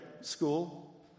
school